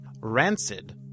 Rancid